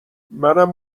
منم